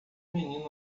menino